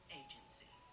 agency